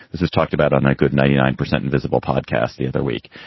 this is talked about on a good ninety nine percent invisible podcast the other week.